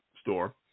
store